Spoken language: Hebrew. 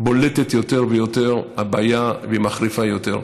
בולטת יותר ויותר הבעיה, והיא מחריפה יותר.